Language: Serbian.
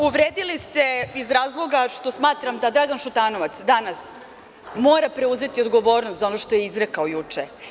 Uvredili ste iz razloga što smatram da Dragan Šutanovac danas mora preuzeti odgovornost za ono što je izrekao juče.